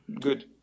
good